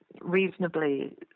reasonably